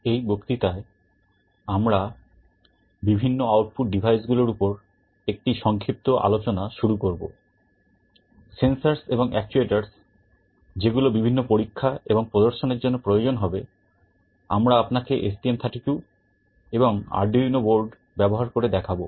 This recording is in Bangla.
এই বক্তৃতায় আমরা বিভিন্ন আউটপুট ডিভাইস গুলোর উপর একটি সংক্ষিপ্ত আলোচনা শুরু করব সেনসর্স যেগুলো বিভিন্ন পরীক্ষা এবং প্রদর্শনের জন্য প্রয়োজন হবে আমরা আপনাকে stm32 এবং আরডুইনো বোর্ড ব্যবহার করে দেখাব